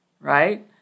Right